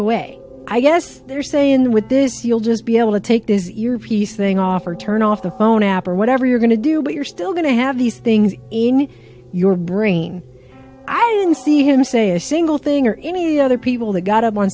away i guess they're saying with this you'll just be able to take his earpiece thing off or turn off the phone app or whatever you're going to do but you're still going to have these things in your brain i didn't see him say a single thing or any other people that got